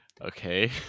Okay